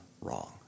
wrong